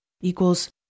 equals